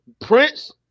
Prince